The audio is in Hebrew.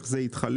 איך זה מתחלק?